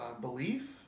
belief